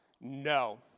no